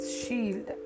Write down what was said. shield